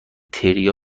تریا